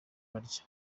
kurya